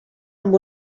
amb